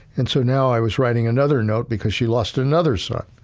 and so now, i was writing another note because she lost another son,